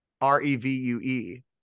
R-E-V-U-E